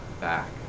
back